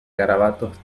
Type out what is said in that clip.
garabatos